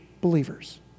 believers